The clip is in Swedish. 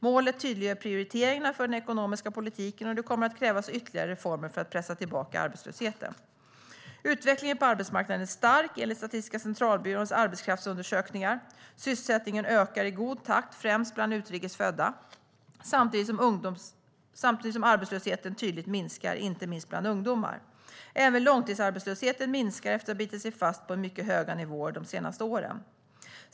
Målet tydliggör prioriteringarna för den ekonomiska politiken, och det kommer att krävas ytterligare reformer för att pressa tillbaka arbetslösheten. Utvecklingen på arbetsmarknaden är stark, enligt Statistiska centralbyråns arbetskraftsundersökningar. Sysselsättningen ökar i god takt, främst bland utrikes födda, samtidigt som arbetslösheten tydligt minskar, inte minst bland ungdomar. Även långtidsarbetslösheten minskar efter att ha bitit sig fast på mycket höga nivåer de senaste åren.